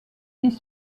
des